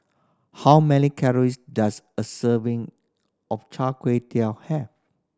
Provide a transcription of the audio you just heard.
how many calories does a serving of chai gui have